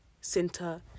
center